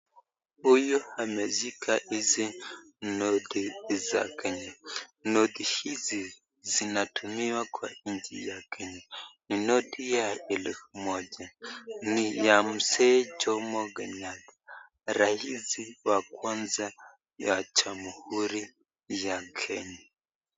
Huyu ameshika hizi noti za kenya. Noti hizi zinatumiwa kwa nchi ya Kenya. Ni noti ya elfu moja, ni ya mzee Jomo Kenyatta rais wa kwanza wa jamuhuri ya Kenya.